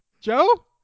Joe